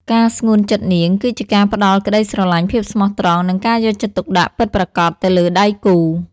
ការស្ងួនចិត្តនាងគឺជាការផ្តល់ក្តីស្រឡាញ់ ភាពស្មោះត្រង់ និងការយកចិត្តទុកដាក់ពិតប្រាកដទៅលើដៃគូ។